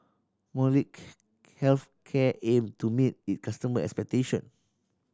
molnylcke Health Care aim to meet it customer expectation